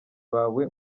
bawe